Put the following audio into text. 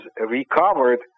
recovered